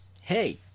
hey